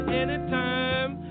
anytime